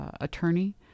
attorney